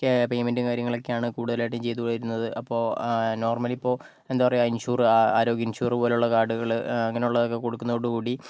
പേയ്മെൻറ്റും കാര്യങ്ങളൊക്കെയാണ് കൂടുതലായിട്ടും ചെയ്ത് വരുന്നത് അപ്പോൾ നോർമ്മലി ഇപ്പോൾ എന്താ പറയുക ഇൻഷൂറ് ആരോഗ്യ ഇൻഷൂറ് പോലുള്ള കാർഡ്കള് അങ്ങനുള്ളതൊക്കെ കൊടുക്കുന്നതോടു കൂടി